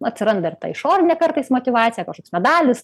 atsiranda ir ta išorinė kartais motyvacija kažkoks medalis